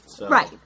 Right